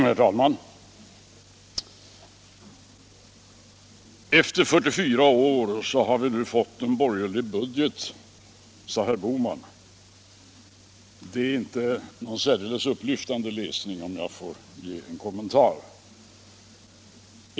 : Herr talman! Efter 44 år har vi nu fått en borgerlig budget, sade herr Bohman. Den är inte någon särdeles upplyftande läsning, om jag får göra en kommentar.